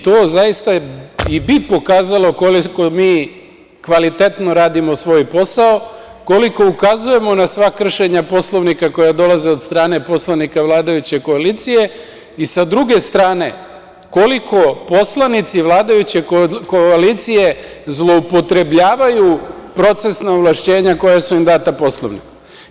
To bi zaista pokazalo koliko mi kvalitetno radimo svoj posao, koliko ukazujemo na sva kršenja Poslovnika koja dolaze do strane poslanika vladajuće koalicije, i sa druge strane, koliko poslanici vladajuće koalicije zloupotrebljavaju procesna ovlašćenja koja su im data Poslovnikom.